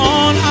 on